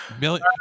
Million